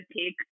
take